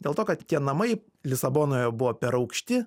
dėl to kad tie namai lisabonoje buvo per aukšti